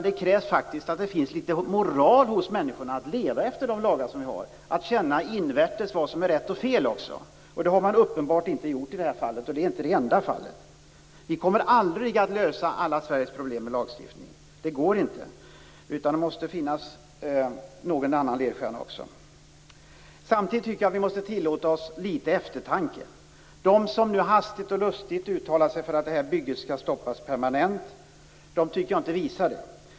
Det krävs faktiskt att det finns litet moral hos människorna för att leva efter de lagar vi har. Man måste känna invärtes vad som är rätt och vad som är fel. Det har man uppenbarligen inte gjort i det här fallet, och det är inte det enda fallet. Vi kommer aldrig att lösa Sveriges alla problem med lagstiftning. Det går inte. Det måste finnas någon annan ledstjärna också. Samtidigt måste vi tillåta oss litet eftertanke. De som nu hastigt och lustigt uttalar sig för att bygget skall stoppas permanent visar inte det.